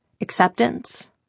acceptance